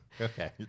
Okay